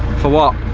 for what?